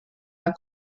las